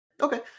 okay